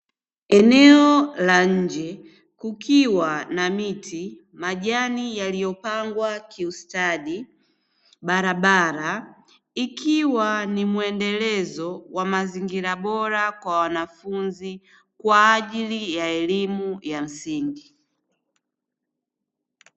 Eneo la nje kukiwa na miti, majani yaliyopangwa kiustadi, barabara ikiwa ni mwendelezo wa mazingira bora kwa wanafunzi kwa ajili ya elimu ya msingi.